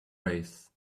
race